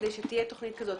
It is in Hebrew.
כדי שתהיה תוכנית כזאת.